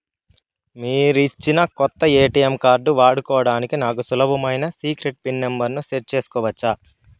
మీరిచ్చిన కొత్త ATM card వాడుకోవడానికి నాకు సులభమైన సీక్రెట్ పిన్ నెంబర్ ను సెట్ సేసుకోవచ్చా?